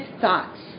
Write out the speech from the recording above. thoughts